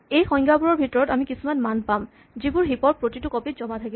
এই সংজ্ঞাবোৰৰ ভিতৰত আমি কিছুমান মান পাম যিবোৰ হিপ ৰ প্ৰতিটো কপি ত জমা থাকিব